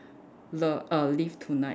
lo~ err live tonight